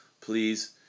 please